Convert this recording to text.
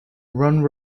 round